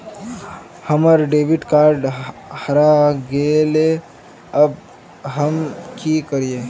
हमर debit card हरा गेले अब हम की करिये?